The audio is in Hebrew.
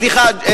סליחה.